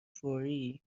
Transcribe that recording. فوری